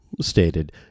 stated